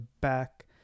back